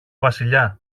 βασιλιά